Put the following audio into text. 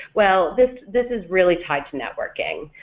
well this this is really tied to networking,